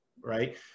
right